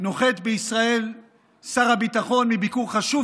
נוחת בישראל שר הביטחון מביקור חשוב